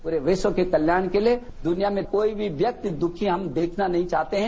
पूरे विश्व के कल्याण के लिए दुनिया का कोई भी व्यक्ति दुखी हम देखना नहीं चाहते हैं